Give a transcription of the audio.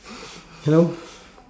hello